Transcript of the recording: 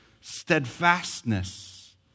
steadfastness